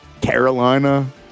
Carolina